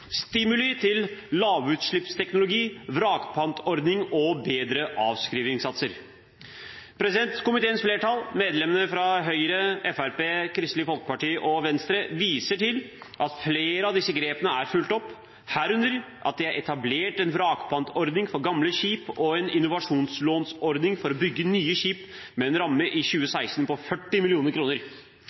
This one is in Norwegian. stimuli til lavutslippsteknologi, vrakpantordning og bedre avskrivningssatser. Komiteens flertall, medlemmene fra Høyre, Fremskrittspartiet, Kristelig Folkeparti og Venstre, viser til at flere av disse grepene er fulgt opp, herunder at det er etablert en vrakpantordning for gamle skip og en innovasjonslånsordning for å bygge nye skip med en ramme i 2016 på 40